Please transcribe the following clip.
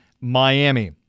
Miami